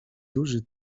duży